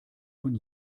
von